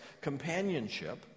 companionship